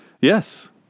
Yes